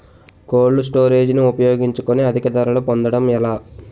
Cold storage ని ఉపయోగించుకొని అధిక ధరలు పొందడం ఎలా?